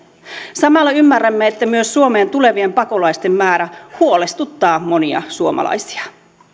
samalla ymmärrämme että myös suomeen tulevien pakolaisten määrä huolestuttaa monia suomalaisia